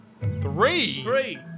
Three